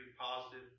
positive